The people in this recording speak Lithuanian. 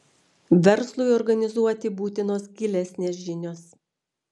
verslui organizuoti būtinos gilesnės žinios